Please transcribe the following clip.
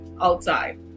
outside